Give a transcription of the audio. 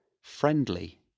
friendly